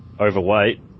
Overweight